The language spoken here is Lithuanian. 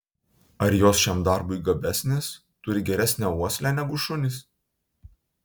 ar jos šiam darbui gabesnės turi geresnę uoslę negu šunys